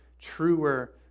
truer